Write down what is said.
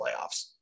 playoffs